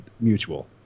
mutual